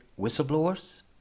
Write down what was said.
whistleblowers